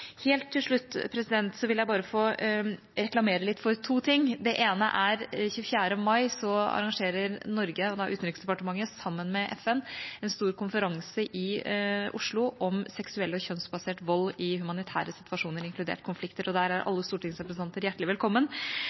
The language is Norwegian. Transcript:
Helt til slutt vil jeg få reklamere for to ting. Det ene er at 24. mai arrangerer Norge, ved Utenriksdepartementet sammen med FN, en stor konferanse i Oslo om seksuell og kjønnsbasert vold i humanitære situasjoner, inkludert konflikter. Der er alle stortingsrepresentanter hjertelig velkommen.